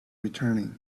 returning